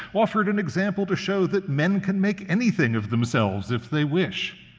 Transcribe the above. offered an example to show that men can make anything of themselves if they wish.